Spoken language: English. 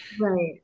Right